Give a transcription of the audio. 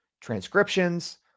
transcriptions